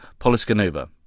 Poliskanova